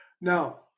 Now